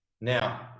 Now